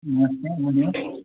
नमस्ते बोलियौ